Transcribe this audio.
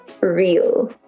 real